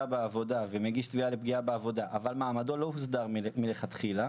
בעבודה ומגיש תביעה לפגיעה בעבודה אבל מעמדו לא הוסדר מלכתחילה,